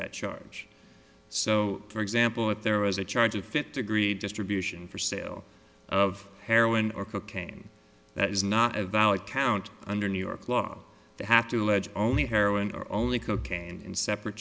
that charge so for example if there was a charge of fit to greed distribution for sale of heroin or cocaine that is not a valid count under new york law they have to allege only heroin or only cocaine in separate